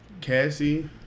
Cassie